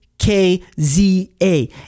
K-Z-A